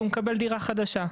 שהוא מקבל דירה חדשה.